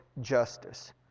justice